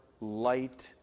light